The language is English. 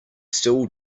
still